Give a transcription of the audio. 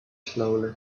slowly